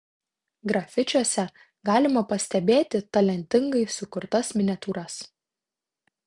grafičiuose galima pastebėti talentingai sukurtas miniatiūras